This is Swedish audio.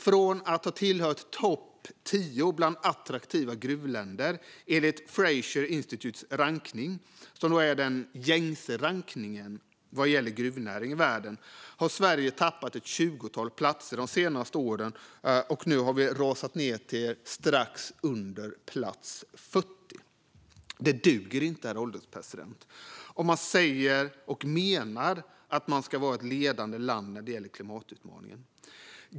Från att ha tillhört topp tio bland attraktiva gruvländer, enligt Fraser Institutes rankning, som är den gängse rankningen vad gäller gruvnäring i världen, har Sverige tappat ett tjugotal platser de senaste åren och nu rasat ned till strax under plats 40. Det duger inte, herr ålderspresident, om man säger och menar att man ska vara ett ledande land när det gäller klimatutmaningen.